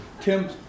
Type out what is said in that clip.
Tim